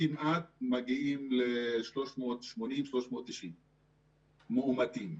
כמעט מגיעים ל-390 מאומתים.